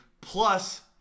plus –